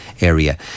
area